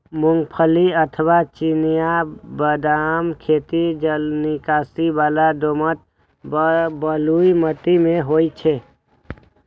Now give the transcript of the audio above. मूंगफली अथवा चिनिया बदामक खेती जलनिकासी बला दोमट व बलुई माटि मे होइ छै